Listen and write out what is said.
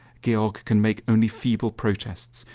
georg can make only feeble protests.